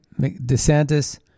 DeSantis